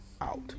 out